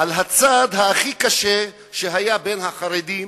על הצעד הכי קשה שהיה בין החרדים